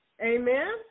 Amen